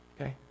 Okay